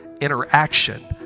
interaction